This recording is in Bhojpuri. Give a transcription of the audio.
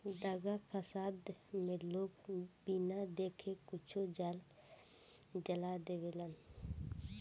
दंगा फसाद मे लोग बिना देखे कुछो जला देवेलन